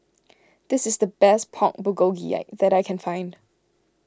this is the best Pork Bulgogi that I can find